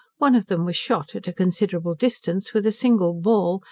one of them was shot, at a considerable distance, with a single ball,